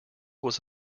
was